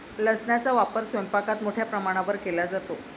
लसणाचा वापर स्वयंपाकात मोठ्या प्रमाणावर केला जातो